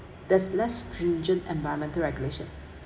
there's less stringent environmental regulations